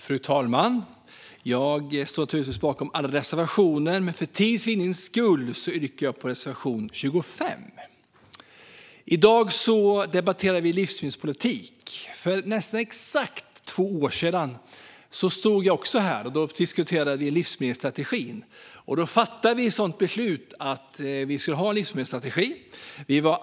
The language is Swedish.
Fru talman! Jag står naturligtvis bakom alla våra reservationer, men för tids vinnande yrkar jag bifall till reservation 25. I dag debatterar vi livsmedelspolitik. För nästan exakt två år sedan stod jag också här, och då diskuterade vi livsmedelsstrategin. Då fattade vi beslut om att vi skulle ha livsmedelsstrategin.